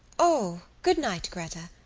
o, good-night, gretta,